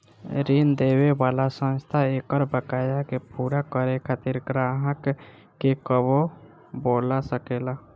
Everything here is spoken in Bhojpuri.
ऋण देवे वाला संस्था एकर बकाया के पूरा करे खातिर ग्राहक के कबो बोला सकेला